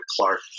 Clark